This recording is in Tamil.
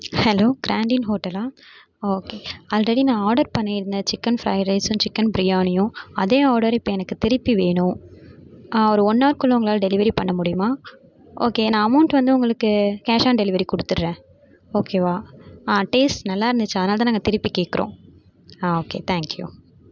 ஹலோ கிராண்டின் ஹோட்டலா ஓகே ஆல்ரெடி நான் ஆர்டர் பண்ணியிருந்தன் சிக்கன் ஃப்ரைட் ரைசும் சிக்கன் பிரியாணியும் அதே ஆர்டர் இப்போ எனக்கு திருப்பி வேணும் ஒரு ஒன் ஹார்க்குள்ளே உங்களால் டெலிவரி பண்ண முடியுமா ஓகே நான் அமௌன்ட் வந்து உங்களுக்கு கேஷ் ஆன் டெலிவரி கொடுத்துட்றன் ஓகே வா ஆ டேஸ்ட் நல்லாருந்துச்சு அதனால் தான் நாங்கள் திருப்பி கேக்குறோம் ஆ ஓகே தேங்க் யூ